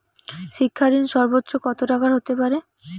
শিক্ষা ঋণ সর্বোচ্চ কত টাকার হতে পারে?